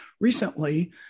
recently